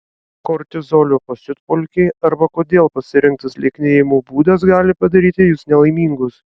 kortizolio pasiutpolkė arba kodėl pasirinktas lieknėjimo būdas gali padaryti jus nelaimingus